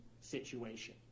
situation